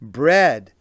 bread